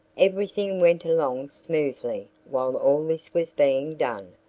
everything went along smoothly while all this was being done.